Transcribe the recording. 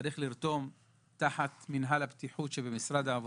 צריך לרתום תחת מינהל הבטיחות שבמשרד העבודה,